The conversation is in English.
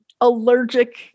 allergic